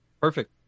Perfect